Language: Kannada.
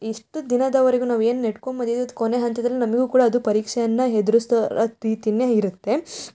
ಇಷ್ಟು ದಿನದವರೆಗೂ ನಾವು ಏನು ನಡ್ಕೊಂಬಂದಿದದ್ದು ಕೊನೆಯ ಹಂತದಲ್ಲಿ ನಮಗೂ ಕೂಡ ಅದು ಪರೀಕ್ಷೆಯನ್ನು ಹೆದ್ರಿಸೊ ರೀತಿಯೇ ಇರುತ್ತೆ